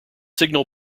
signal